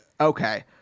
okay